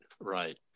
right